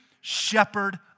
shepherd